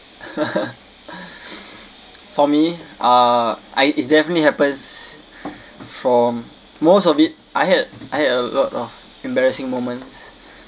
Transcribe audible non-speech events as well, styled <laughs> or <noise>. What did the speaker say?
<laughs> <breath> for me uh I it's definitely happens from most of it I had I had a lot of embarrassing moments